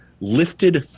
lifted